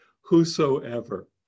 Whosoever